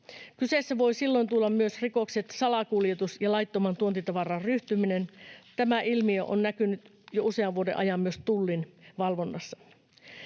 Kyseeseen voivat silloin tulla myös rikokset, salakuljetus ja laiton tuontitavaraan ryhtyminen. Tämä ilmiö on näkynyt jo usean vuoden ajan myös Tullin valvonnassa.